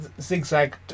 Zigzag